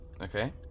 Okay